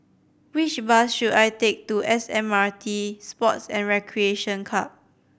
which bus should I take to S M R T Sports and Recreation Club